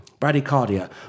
Bradycardia